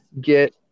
get